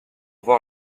voir